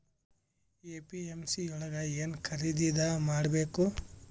APMC ಯೊಳಗ ಏನ್ ಖರೀದಿದ ಮಾಡ್ಬೇಕು?